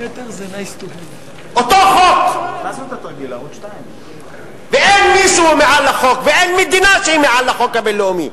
אותו חוק ואין מי שהוא מעל החוק ואין מדינה שהיא מעל החוק הבין-לאומי.